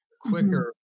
quicker